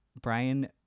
brian